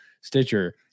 Stitcher